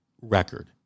record